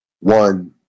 One